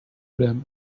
them